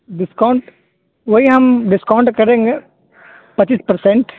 discount وہی ہم discount کریں گے پچیس پرسنٹ